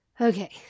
Okay